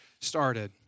started